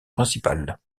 principal